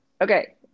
Okay